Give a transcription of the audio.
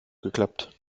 geklappt